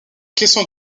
caisson